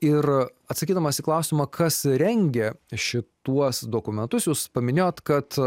ir atsakydamas į klausimą kas rengia šituos dokumentus jūs paminėjot kad